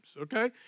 okay